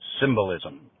symbolism